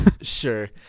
Sure